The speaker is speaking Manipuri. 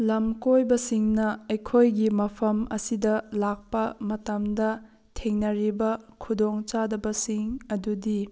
ꯂꯝ ꯀꯣꯏꯕꯁꯤꯡꯅ ꯑꯩꯈꯣꯏꯒꯤ ꯃꯐꯝ ꯑꯁꯤꯗ ꯂꯥꯛꯄ ꯃꯇꯝꯗ ꯊꯦꯡꯅꯔꯤꯕ ꯈꯨꯗꯣꯡ ꯆꯥꯗꯕꯁꯤꯡ ꯑꯗꯨꯗꯤ